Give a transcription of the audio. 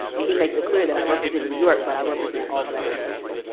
and he makes it clear that i represent new york, but i represent all black people too.